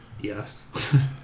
Yes